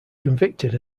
convicted